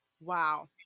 wow